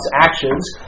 actions